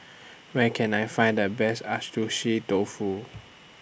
Where Can I Find The Best Dofu